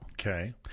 Okay